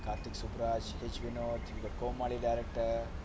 karthik suburaj comali director